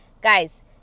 Guys